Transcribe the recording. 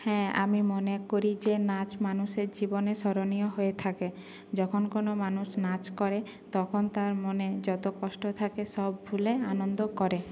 হ্যাঁ আমি মনে করি যে নাচ মানুষের জীবনে স্মরণীয় হয়ে থাকে যখন কোনো মানুষ নাচ করে তখন তার মনে যত কষ্ট থাকে সব ভুলে আনন্দ করে